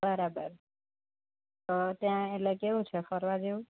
બરાબર તો ત્યાં એટલે કેવું છે ફરવાં જેવું